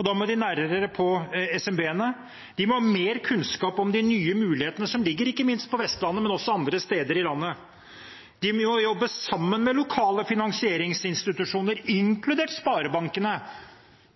Da må de nærmere på SMB-ene. De må ha mer kunnskap om de nye mulighetene som ligger ikke minst på Vestlandet, men også andre steder i landet. De må jobbe sammen med lokale finansieringsinstitusjoner, inkludert sparebankene.